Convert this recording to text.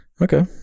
Okay